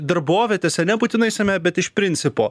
darbovietėse nebūtinai seme bet iš principo